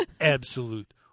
absolute